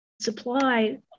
supply